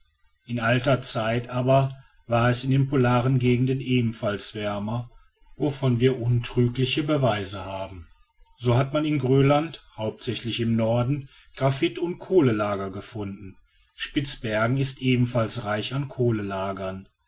in alter zeit aber war es in den polaren gegenden ebenfalls wärmer wovon wir untrügliche beweise haben so hat man in grönland hauptsächlich im norden graphit und kohlenlager gefunden spitzbergen ist ebenfalls reich an kohlenlagern